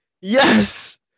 yes